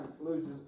loses